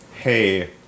hey